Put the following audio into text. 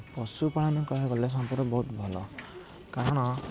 ପଶୁପାଳନ କହିବାକୁ ଗଲେ ସତରେ ବହୁତ ଭଲ କାରଣ